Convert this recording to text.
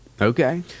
Okay